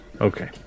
Okay